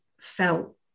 felt